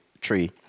tree